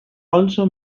also